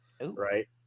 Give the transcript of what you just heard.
Right